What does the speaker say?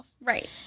Right